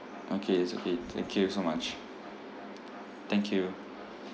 okay it's okay thank you so much thank you